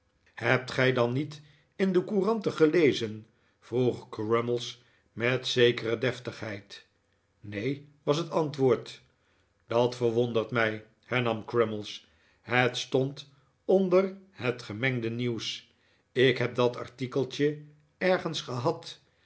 hebt gij het dan niet in de couranten gelezen vroeg crummies met een zekere deftfgheid neen was net antwoord dat verwondert mij hernam crummies het stond onder het gemengde nieuws ik heb dat artikeltje ergens gehad